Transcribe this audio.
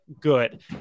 good